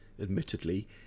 Admittedly